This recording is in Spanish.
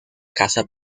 casa